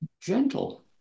gentle